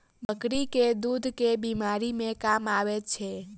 बकरी केँ दुध केँ बीमारी मे काम आबै छै?